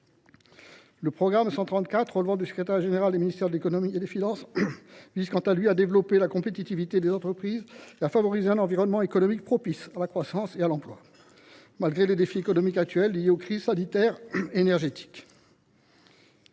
Le programme 134, relevant du secrétariat général des ministères économiques et financiers, vise quant à lui à développer la compétitivité des entreprises et à favoriser un environnement économique propice à la croissance et à l’emploi, malgré les défis économiques actuels liés aux crises sanitaire et énergétique.